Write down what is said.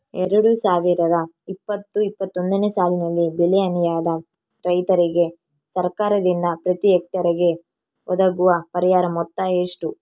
ಎರಡು ಸಾವಿರದ ಇಪ್ಪತ್ತು ಇಪ್ಪತ್ತೊಂದನೆ ಸಾಲಿನಲ್ಲಿ ಬೆಳೆ ಹಾನಿಯಾದ ರೈತರಿಗೆ ಸರ್ಕಾರದಿಂದ ಪ್ರತಿ ಹೆಕ್ಟರ್ ಗೆ ಒದಗುವ ಪರಿಹಾರ ಮೊತ್ತ ಎಷ್ಟು?